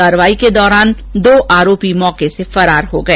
कार्यवाही के दौरान दो आरोपी मौके से फरार हो गए